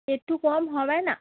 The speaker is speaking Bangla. একটু কম হবে না